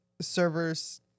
servers